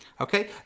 Okay